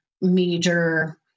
major